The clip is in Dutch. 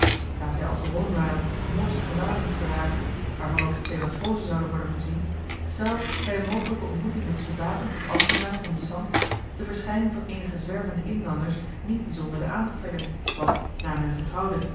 daar zij al gewoon waren moorsche gewaden te dragen waarvan ook de twee matrozen zouden worden voorzien zou bij een mogelijke ontmoeting met soldaten of ambtenaren van den sant de verschijning van eenige zwervende inlanders niet bijzonder de aandacht trekken wat naar men vertrouwde